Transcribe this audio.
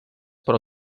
però